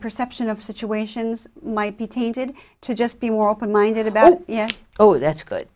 perception of situations might be tainted to just be more open minded about oh that's good